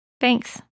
Thanks